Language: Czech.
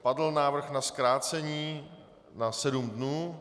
Padl návrh na zkrácení na sedm dnů.